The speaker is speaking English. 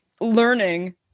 learning